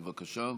בבקשה.